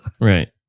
right